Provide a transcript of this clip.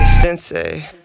sensei